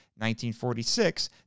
1946